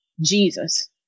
Jesus